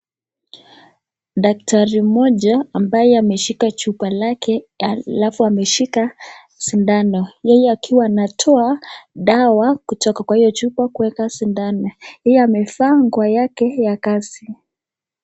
Daktari mmoja ambaye ameshika chupa lake alafu ameshika sindano. Yeye akiwa anatoa dawa kutoka kwa hiyo chupa kuweka sindano yeye amevaa nguo yake ya kazi